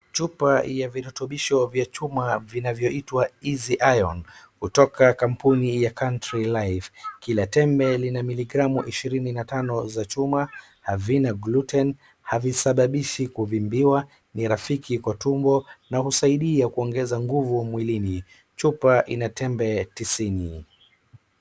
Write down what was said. chupa ya virutubisho vya chuma inayoitwa easy iron hutoka kampuni ya country life kila tembe lina milgramu ishirini na tano za chuma havina gluten havisababishi kuvimbiwa ni rafiki kwa tumbo na husaidia kuongeza nguvu mwilini , chupa ina tembe tisini